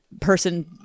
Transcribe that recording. person